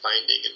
finding